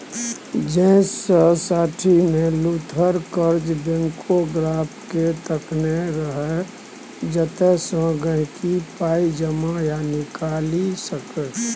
उन्नैस सय साठिमे लुथर जार्ज बैंकोग्राफकेँ तकने रहय जतयसँ गांहिकी पाइ जमा या निकालि सकै